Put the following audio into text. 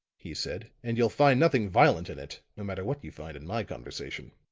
he said, and you'll find nothing violent in it, no matter what you find in my conversation.